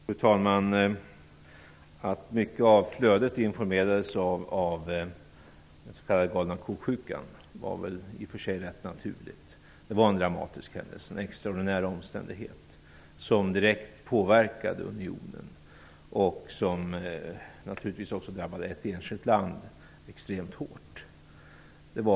Fru talman! Att mycket av flödet influerades av "galna ko-sjukan" var väl i och för sig rätt naturligt. Det var ju en dramatisk händelse och en extraordinär omständighet som direkt påverkade unionen och som naturligtvis drabbade ett enskilt land extremt hårt.